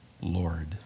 Lord